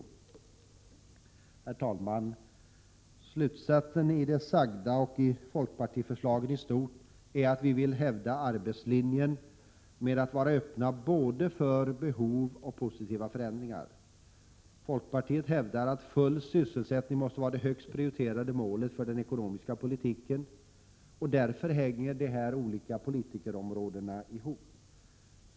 Herr talman! Slutsatsen av det sagda och av folkpartiförslagen i stort är att vi vill hävda arbetslinjen att vara öppna för både behov och positiva förändringar. Folkpartiet hävdar att full sysselsättning måste vara det högst prioriterade målet för den ekonomiska politiken. Därför hänger de olika politikerområdena ihop.